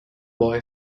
boy